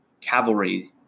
cavalry